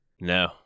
No